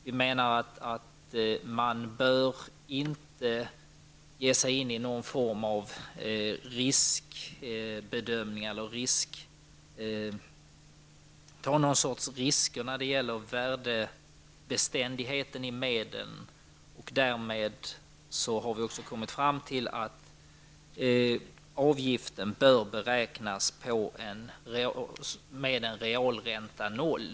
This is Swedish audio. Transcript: Vi menar att man inte bör ge sig in i någon form av riskbedömning eller ta några risker när det gäller värdebeständigheten i medlen. Därmed har vi också kommit fram till att avgiften bör beräknas med en realränta på noll.